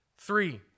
Three